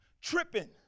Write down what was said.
tripping